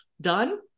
done